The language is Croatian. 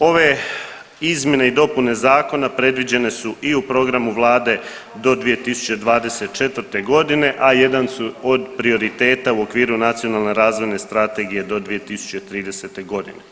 Ove izmjene i dopune zakona predviđene su i u programu vlade do 2024.g., a jedan su od prioriteta u okviru Nacionalne razvojne strategije do 2030.g.